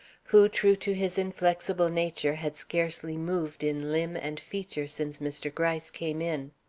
who, true to his inflexible nature, had scarcely moved in limb and feature since mr. gryce came in.